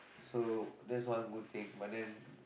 so that's one good thing but then